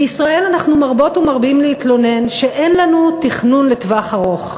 בישראל אנחנו מרבות ומרבים להתלונן שאין לנו תכנון לטווח ארוך,